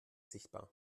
sichtbar